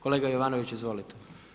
Kolega Jovanović, izvolite.